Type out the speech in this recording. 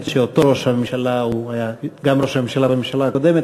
כשאותו ראש ממשלה היה גם ראש הממשלה בממשלה הקודמת,